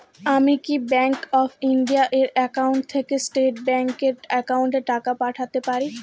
আমি কি bank of India এর একাউন্ট থেকে স্টেট ব্যাংক এর একাউন্টে টাকা পাঠাতে পারি?